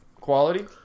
Quality